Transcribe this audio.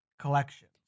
collections